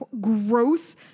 gross